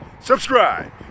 subscribe